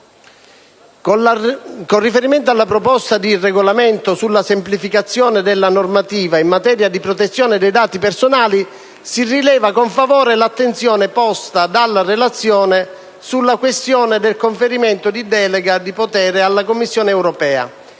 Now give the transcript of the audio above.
Con riferimento alla proposta di regolamento sulla semplificazione della normativa in materia di protezione dei dati personali, si rileva con favore l'attenzione posta dalla relazione sulla questione del conferimento di delega di potere alla Commissione europea.